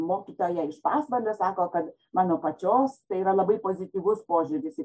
mokytoja iš pasvalio sako kad mano pačios tai yra labai pozityvus požiūris į